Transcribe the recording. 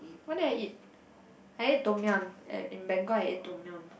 what did I eat I ate Tom-yum at Bangkok I ate Tom-yum